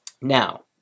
Now